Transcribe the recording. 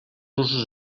usos